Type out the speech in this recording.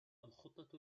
الخطة